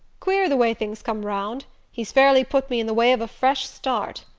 queer the way things come round he's fairly put me in the way of a fresh start.